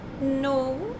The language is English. No